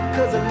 Cause